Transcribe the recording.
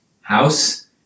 house